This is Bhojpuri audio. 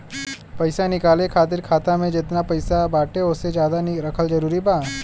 पईसा निकाले खातिर खाता मे जेतना पईसा बाटे ओसे ज्यादा रखल जरूरी बा?